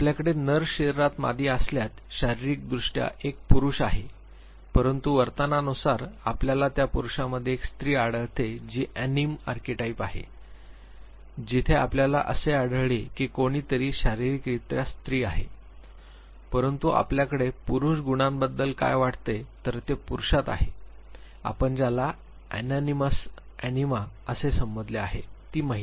आपल्याकडे नर शरीरात मादी असल्यास शारीरिकदृष्ट्या एक पुरुष आहे परंतु वर्तनानुसार आपल्याला त्या पुरुषामध्ये एक स्त्री आढळते जी अॅनिम आर्किटाइप आहे जिथे आपल्याला असे आढळले की कोणीतरी शारीरिकरित्या स्त्री आहे परंतु आपल्याकडे पुरुष गुणांबद्दल काय वाटते तर ते पुरुषात आहे आपण ज्याला अॅननिमस अनीमा Animus Anima असे संबोधले आहे ती महिला